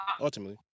ultimately